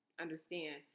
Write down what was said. understand